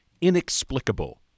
inexplicable